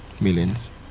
millions